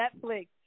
Netflix